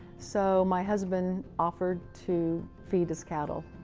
so, my husband offered to feed his cattle.